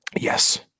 Yes